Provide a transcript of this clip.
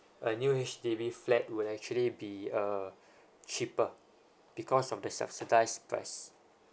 a new H_D_B flat will actually be uh cheaper because of the subsidised price